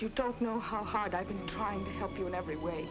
you don't know how hard i've been trying to help you in every way